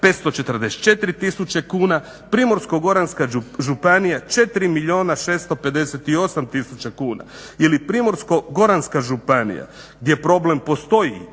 544 tisuće kuna, Primorsko-goranska županija 4 milijuna 658 tisuća kuna ili Primorsko-goranska županija gdje problem postoji